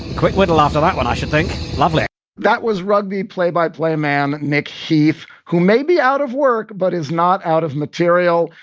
quick little after that one, i should think. lovely that was rugby play-by-play man nick heath who may be out of work but is not out of material.